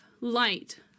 light